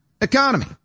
economy